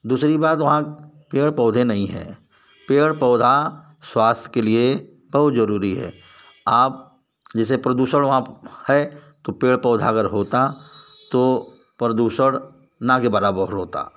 दूसरी बात वहाँ पेड़ पौधे नहीं हैं पेड़ पौधा स्वास्थ्य के लिए बहुत ज़रूरी है आप जैसे प्रदूषण वहाँ है तो पेड़ पौधा अगर होता तो प्रदूषण ना के बराबर होता